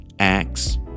acts